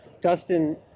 Dustin